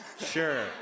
Sure